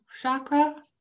chakra